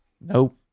Nope